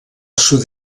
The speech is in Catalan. sud